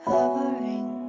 Hovering